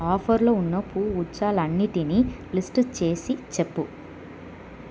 ఆఫర్లు ఉన్న పుగుచ్చాలు అన్నిటినీ లిస్టు చేసి చెప్పు